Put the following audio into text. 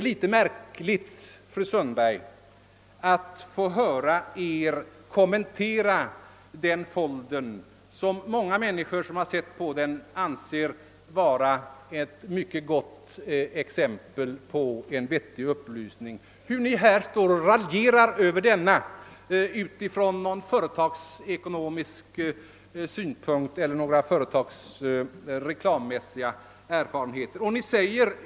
Denna folder har av många människor som läst den ansetts vara ett mycket gott exempel på vettig upplysning. Det är då mycket märkligt, fru Sundberg, att få höra Er stå här och raljera över denna folder utifrån några företagsekonomiska eller reklammässiga synpunkter.